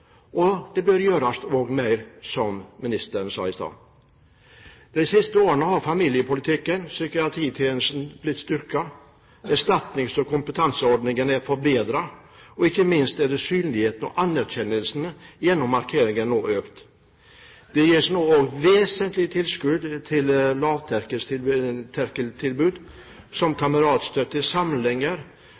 og det bør også gjøres mer, som ministeren sa i stad. De siste årene har familiepolitikken og psykiatritjenesten blitt styrket, erstatnings- og kompensasjonsordningene er forbedret, og ikke minst er synligheten og anerkjennelsen gjennom markeringer økt. Det gis nå vesentlige tilskudd til lavterskeltilbud, som kameratstøtte,